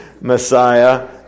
messiah